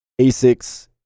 ASICs